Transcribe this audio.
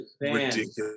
ridiculous